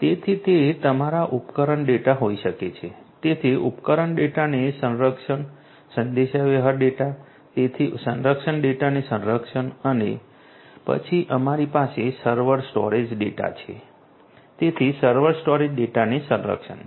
તેથી તે તમારા ઉપકરણ ડેટા હોઈ શકે છે તેથી ઉપકરણ ડેટાને સંરક્ષણ સંદેશાવ્યવહાર ડેટા તેથી સંચાર ડેટાને સંરક્ષણ અને પછી અમારી પાસે સર્વર સ્ટોરેજ ડેટા છે તેથી સર્વર સ્ટોરેજ ડેટાને સંરક્ષણ